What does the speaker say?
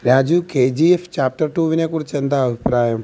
Raju K G F chapter ടുവിനെ കുറിച്ച് എന്താണ് അഭിപ്രായം